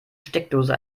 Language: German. steckdose